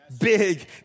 big